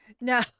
No